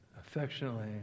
affectionately